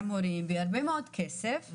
גם הורים והרבה מאוד כסף,